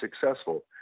successful